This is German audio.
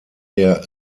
der